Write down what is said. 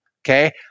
Okay